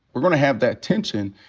we're gonna have that tension.